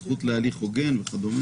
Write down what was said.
למשל הזכות להליך הוגן וכד'.